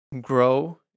grow